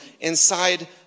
inside